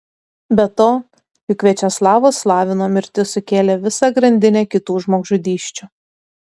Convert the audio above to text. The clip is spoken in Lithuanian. be to juk viačeslavo slavino mirtis sukėlė visą grandinę kitų žmogžudysčių